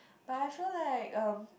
but I feel like um